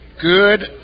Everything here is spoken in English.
Good